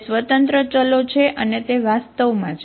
તે સ્વતંત્ર ચલો છે અને તે વાસ્તવમાં છે